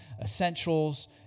essentials